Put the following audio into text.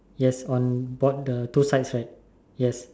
yes on board the two side right yes